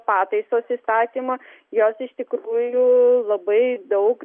pataisos įstatymą jos iš tikrųjų labai daug